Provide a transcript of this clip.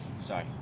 Sorry